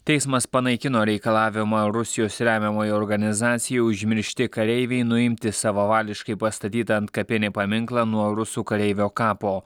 teismas panaikino reikalavimą rusijos remiamai organizacijai užmiršti kareiviai nuimti savavališkai pastatytą antkapinį paminklą nuo rusų kareivio kapo